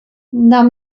нам